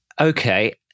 Okay